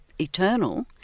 eternal